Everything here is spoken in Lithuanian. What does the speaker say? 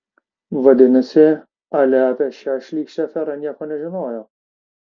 vadinasi alia apie šią šlykščią aferą nieko nežinojo